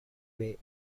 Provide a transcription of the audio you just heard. bay